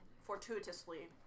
fortuitously